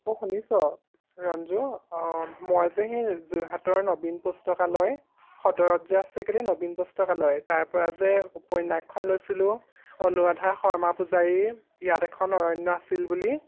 অঁ শুনিছ ৰঞ্জু অঁ মই যে সেই যোৰহাটৰ নবীন পুস্তকালয় সদৰত যে আছে কেলে নবীন পুস্তকালয় তাৰপৰা যে উপন্যাসখন লৈছিলোঁ অনুৰাধা শৰ্মাপূজাৰীৰ ইয়াত এখন অৰণ্য আছিল বুলি